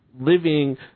living